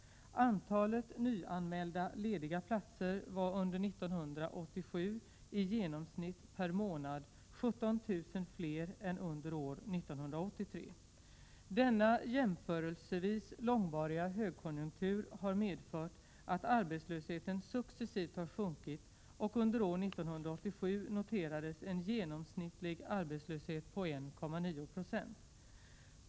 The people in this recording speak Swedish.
Antalet nyanmälda lediga platser var under år 1987 i genomsnitt per månad 17 000 fler än under år 1983. Denna jämförelsevis långvariga högkonjunktur har medfört att arbetslösheten successivt har sjunkit, och under år 1987 noterades en genomsnittlig arbetslöshet på 1,9 90.